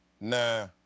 Nah